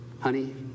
Honey